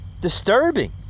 disturbing